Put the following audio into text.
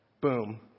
Boom